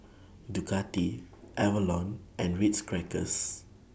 Ducati Avalon and Ritz Crackers